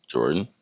Jordan